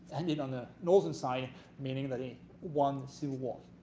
ending on the northern side meaning that he won the civil war.